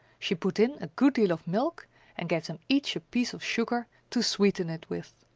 she put in a good deal of milk and gave them each a piece of sugar to sweeten it with.